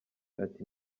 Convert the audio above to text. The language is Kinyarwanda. ati